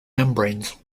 membranes